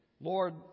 Lord